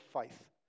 faith